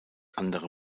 andere